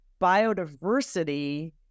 biodiversity